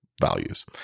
values